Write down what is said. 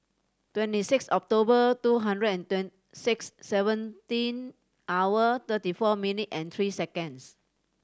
twenty six October two hundred and six seventeen hour thirty four minute and three seconds